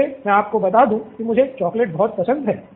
वैसे मैं आपको बता दूँ की मुझे चॉक्लेट बहुत पसंद हैं